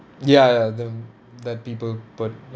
ya ya the that people put